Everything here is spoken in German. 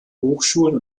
hochschulen